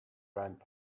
went